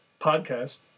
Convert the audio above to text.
podcast